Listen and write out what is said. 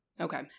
Okay